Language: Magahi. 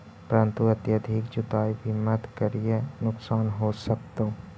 परंतु अत्यधिक जुताई भी मत करियह नुकसान हो सकतो